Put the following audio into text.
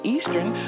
Eastern